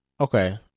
okay